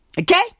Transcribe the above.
Okay